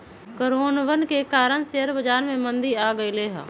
कोरोनवन के कारण शेयर बाजार में मंदी आ गईले है